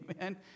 Amen